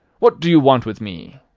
what do you want with me?